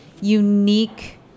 unique